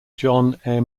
john